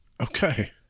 okay